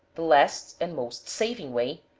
the last, and most saving way,